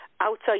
outside